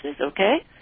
okay